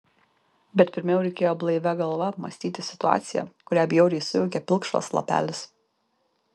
bet pirmiau reikėjo blaivia galva apmąstyti situaciją kurią bjauriai sujaukė pilkšvas lapelis